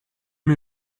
mir